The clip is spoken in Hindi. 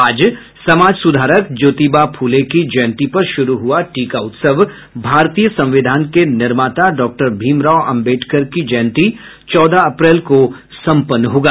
आज समाज सुधारक ज्योतिबा फुले की जयंती पर शुरू हुआ टीका उत्सव भारतीय संविधान के निर्माता डॉक्टर भीमराव आम्बेडकर की जयंती चौदह अप्रैल को सम्पन्न होगा